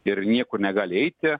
ir niekur negali eiti